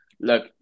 look